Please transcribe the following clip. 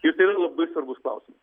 ir tai yra labai svarbus klausimas